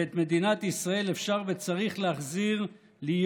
ואת מדינת ישראל אפשר וצריך להחזיר להיות